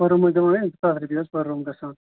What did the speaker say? پٔر room حظ دِوان أسۍ پٔر ڈیےٚ حظ پٔر روٗم حظ گژھان